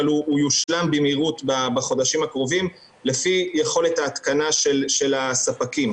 אבל הוא יושלם במהירות בחודשים הקרובים לפי יכולת ההתקנה של הספקים.